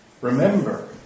Remember